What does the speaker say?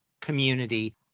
community